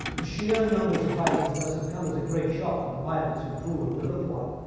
the sheer numbers of fighters must have come as a great shock to the pilots and crew of the luftwaffe,